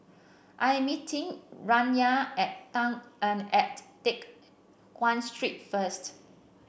I am meeting Rayna at and at Teck Guan Street first